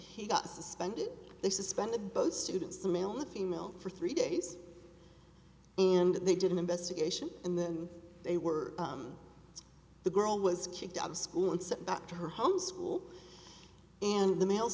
he got suspended they suspended both students a male a female for three days and they did an investigation and then they were the girl was kicked out of school and sent back to her home school and the male